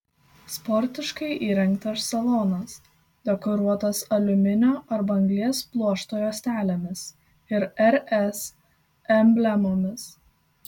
sportiškai įrengtas salonas dekoruotas aliuminio arba anglies pluošto juostelėmis ir rs emblemomis